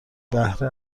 بهره